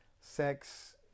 sex